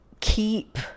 keep